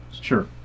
Sure